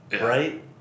right